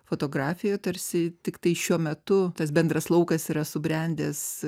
fotografija tarsi tiktai šiuo metu tas bendras laukas yra subrendęs